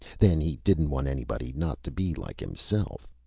then he didn't want anybody not to be like himself.